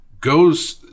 goes